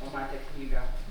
pamatę knygą